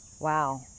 Wow